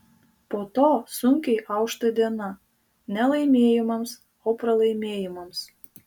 po to sunkiai aušta diena ne laimėjimams o pralaimėjimams